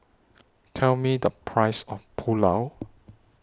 Tell Me The Price of Pulao